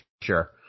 sure